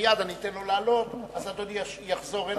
שמייד אתן לו להעלות, אדוני יחזור להשיב.